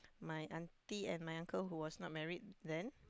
my auntie and uncle who were not married then